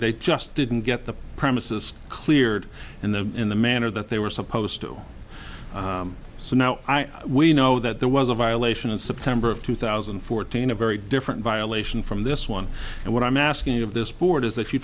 they just didn't get the premises cleared in the in the manner that they were supposed to so now i we know that there was a violation in september of two thousand and fourteen a very different violation from this one and what i'm asking of this board is